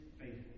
faithful